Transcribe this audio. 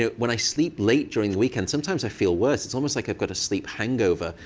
ah when i sleep late during the weekend, sometimes i feel worse. it's almost like i go to sleep hangover.